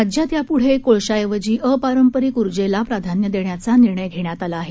राज्यात यापुढे कोळशाऐवजी अपारंपरिक ऊर्जेला प्राधान्य देण्याचा निर्णय घेण्यात आला आहे